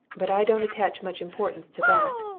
but i don't attach much importance to that.